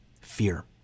fear